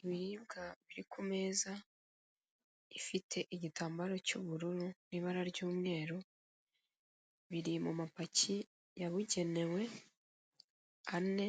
Ibiribwa biri ku meza ifite igitambaro cy'ubururu n'ibara ry'umweru biri mu mapaki yabugenewe ane